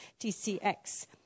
TCX